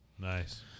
Nice